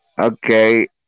Okay